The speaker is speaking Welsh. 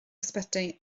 ysbyty